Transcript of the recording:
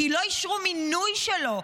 כי לא אישרו מינוי שלו,